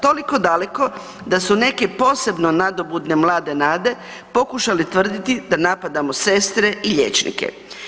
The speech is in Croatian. Toliko daleko da su neke posebno nadobudne mlade nade pokušale tvrditi da napadamo sestre i liječnike.